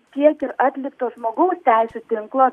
tiek ir atlikto žmogaus teisių tinklo